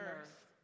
earth